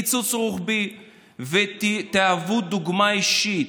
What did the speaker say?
תציעו הצעת חוק לקיצוץ רוחבי ותהוו דוגמה אישית.